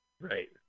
Right